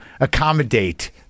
accommodate